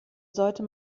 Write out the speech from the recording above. sollte